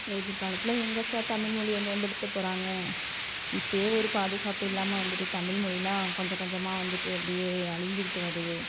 எதிர்காலத்தில் எங்கே சார் தமிழ் மொழிய மேம்படுத்தப் போகிறாங்க இப்பயே ஒரு பாதுகாப்பு இல்லாமல் வந்துட்டு தமிழ் மொழிலாம் கொஞ்சம் கொஞ்சமாக வந்துட்டு அப்டியே அழிஞ்சிக்கிட்டு வருது